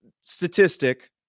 statistic